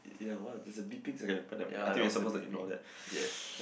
ya !wah! there's a beeping I think we are supposed to ignore that